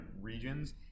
regions